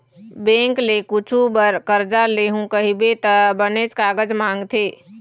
bank ले कुछु बर करजा लेहूँ कहिबे त बनेच कागज मांगथे